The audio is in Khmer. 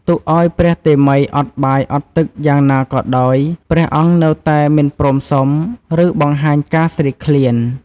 ទុកឱ្យព្រះតេមិយអត់បាយអត់ទឹកយ៉ាងណាក៏ដោយ ព្រះអង្គនៅតែមិនព្រមសុំ ឬបង្ហាញការស្រេកឃ្លាន។